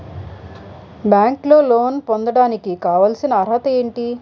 బ్యాంకులో లోన్ పొందడానికి కావాల్సిన అర్హత ఏంటి?